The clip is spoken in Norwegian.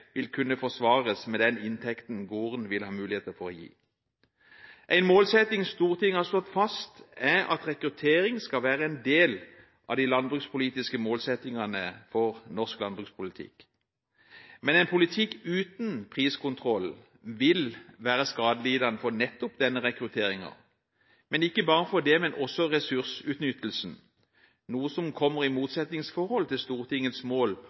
vil kunne forsvares med den inntekten gården vil ha muligheter for å gi. En målsetting Stortinget har slått fast, er at rekruttering skal være en del av de landbrukspolitiske målsettingene for norsk landbrukspolitikk. Men en politikk uten priskontroll vil være skadelig for nettopp denne rekrutteringen – og ikke bare for den, men også for ressursutnyttelsen, noe som kommer i et motsetningsforhold til Stortingets mål